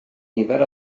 nifer